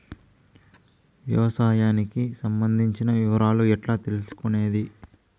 వ్యవసాయానికి సంబంధించిన వివరాలు ఎట్లా తెలుసుకొనేది?